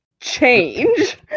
Change